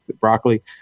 broccoli